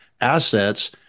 assets